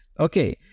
okay